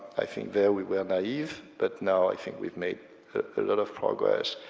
i think there we were naive, but now i think we've made a lot of progress.